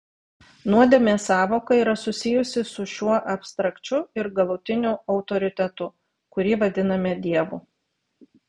nuodėmės sąvoka yra susijusi su šiuo abstrakčiu ir galutiniu autoritetu kurį vadiname dievu